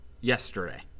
yesterday